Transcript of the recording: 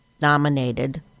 nominated